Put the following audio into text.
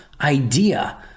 idea